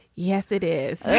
yes, it is.